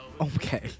Okay